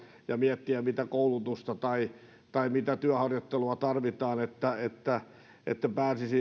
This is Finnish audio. ja miettiä mitä koulutusta tai tai mitä työharjoittelua tarvitaan että pääsisi työelämään